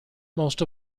most